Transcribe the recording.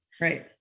Right